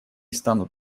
станут